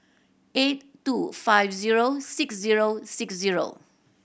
eight two five zero six zero six zero